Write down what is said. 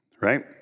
right